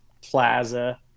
Plaza